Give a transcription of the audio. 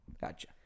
gotcha